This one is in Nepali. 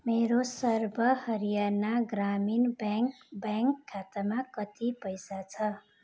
मेरो सर्व हरियाणा ग्रामीण ब्याङ्क ब्याङ्क खातामा कति पैसा छ